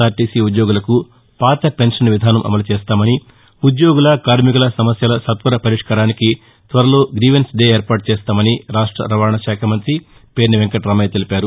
RTC ఉద్యోగులకు పాత pension విధానం అమలు చేస్తామని ఉద్యోగుల కార్మికుల సమస్యల సత్వర పరిష్కారానికి త్వరలో గ్రీవెన్స్ డే ఏర్పాటు చేస్తామని రాష్ట రవాణాశాఖ మంతి పేర్ని వెంకటామయ్య తెలిపారు